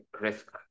risk